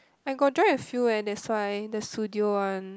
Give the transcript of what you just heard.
I got join a few eh that's why the studio one